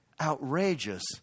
outrageous